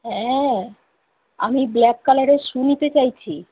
হ্যাঁ আমি ব্ল্যাক কালারের শু নিতে চাইছি